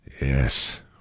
Yes